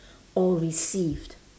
or received